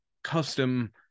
custom